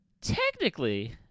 technically